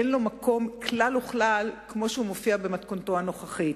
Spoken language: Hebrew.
אין לו מקום כלל וכלל כמו שהוא מופיע במתכונתו הנוכחית.